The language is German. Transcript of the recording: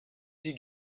die